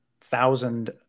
thousand